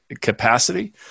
capacity